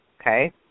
okay